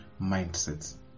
mindsets